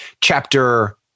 chapter